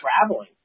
traveling